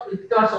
לפי מיטב זכרוני,